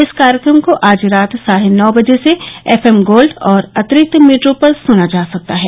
इस कार्यक्रम को आज रात साढ़े नौ बजे से एफ एम गोल्ड और अतिरिक्त मीटरों पर सुना जा सकता है